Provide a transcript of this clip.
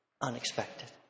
Unexpected